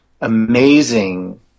amazing